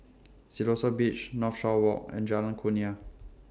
Siloso Beach Northshore Walk and Jalan Kurnia